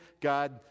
God